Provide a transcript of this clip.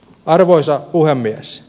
arvoisa puhemies